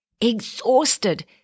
exhausted